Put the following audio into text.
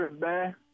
man